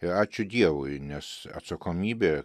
ir ačiū dievui nes atsakomybė